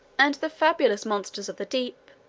and the fabulous monsters of the deep,